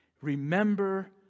Remember